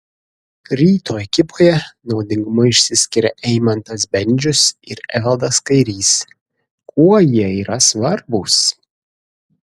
ryto ekipoje naudingumu išsiskiria eimantas bendžius ir evaldas kairys kuo jie yra svarbūs